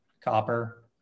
copper